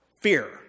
Fear